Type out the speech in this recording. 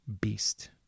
beast